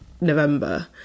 November